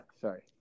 sorry